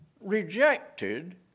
rejected